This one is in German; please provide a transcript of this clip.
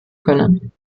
können